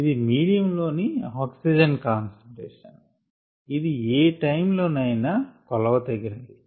ఇది మీడియం లోని oxygen concentration అది ఏ టైం లోనైనా కొలవతగినది